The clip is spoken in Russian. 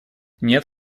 нет